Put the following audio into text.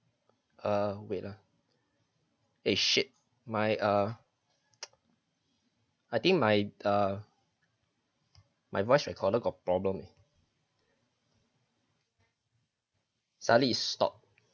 err wait ah eh shit my ah I think my ah my voice recorder got problem suddenly it stop